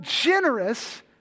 generous